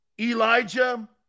Elijah